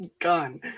gun